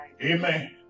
Amen